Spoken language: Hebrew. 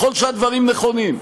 ככל שהדברים נכונים,